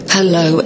Hello